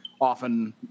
Often